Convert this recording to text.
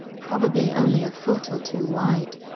probably only a foot or two wide.